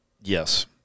Yes